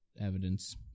evidence